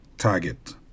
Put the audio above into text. target